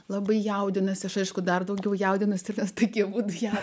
labai jaudinasi aš aišku dar daugiau jaudinuosi kad taigi už ją